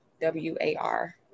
W-A-R